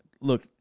Look